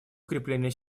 укрепления